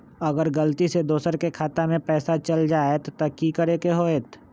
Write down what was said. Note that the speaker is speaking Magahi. अगर गलती से दोसर के खाता में पैसा चल जताय त की करे के होतय?